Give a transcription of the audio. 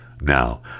now